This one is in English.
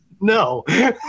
no